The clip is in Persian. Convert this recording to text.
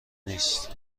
نیست